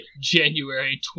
January